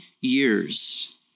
years